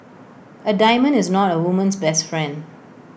A diamond is not A woman's best friend